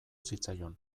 zitzaion